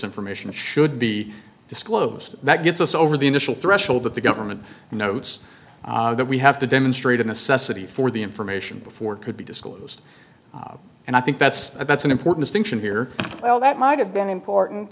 information should be disclosed that gets us over the initial threshold that the government notes that we have to demonstrate a necessity for the information before it could be disclosed and i think that's a that's an important think in here well that might have been important